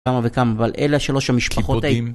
כמה וכמה אבל אלה שלוש המשפחות האלה